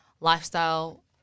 lifestyle